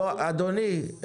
אדוני,